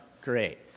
Great